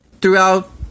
throughout